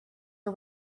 are